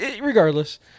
Regardless